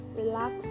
relax